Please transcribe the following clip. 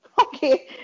Okay